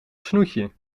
snoetje